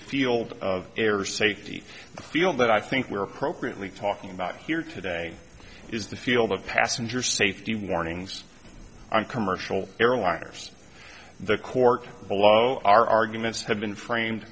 field of air safety field that i think we're appropriately talking about here today is the field of passenger safety warnings on commercial airliners the court below our arguments have been framed